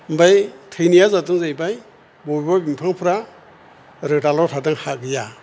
ओमफ्राय थैनाया जादों जाहैबाय बबेबा बिंफांफ्रा रोदाल' थादों हा गैया